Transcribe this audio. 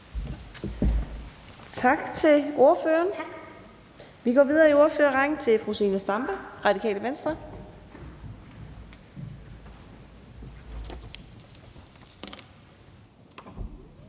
Tak til ordføreren. Vi går videre i ordførerrækken til fru Zenia Stampe, Radikale Venstre.